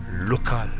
Local